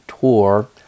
tour